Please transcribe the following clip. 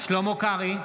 קרעי,